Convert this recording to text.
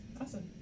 Awesome